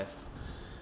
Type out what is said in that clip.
have